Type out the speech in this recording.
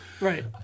right